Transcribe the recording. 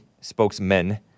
spokesmen